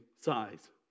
size